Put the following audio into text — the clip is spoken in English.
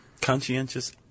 Conscientious